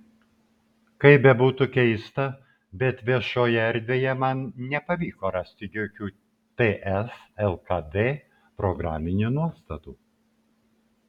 kaip bebūtų keista bet viešoje erdvėje man nepavyko rasti jokių ts lkd programinių nuostatų